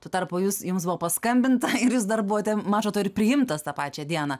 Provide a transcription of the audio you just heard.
tuo tarpu jūs jums buvo paskambinta ir jūs dar buvote maža to ir priimtas tą pačią dieną